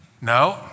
No